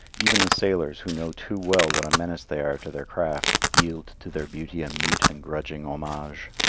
even the sailors, who know too well what a menace they are to their craft, yield to their beauty a mute and grudging homage.